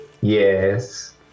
Yes